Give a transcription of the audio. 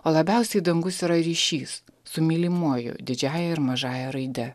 o labiausiai dangus yra ryšys su mylimuoju didžiąja ir mažąja raide